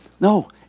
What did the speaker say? no